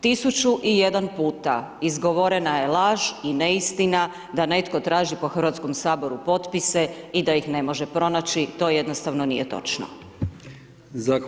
1001. puta izgovorena je laž i neistina da netko traži po Hrvatskom saboru potpise i da ih ne može pronaći, to jednostavno nije točno.